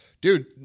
dude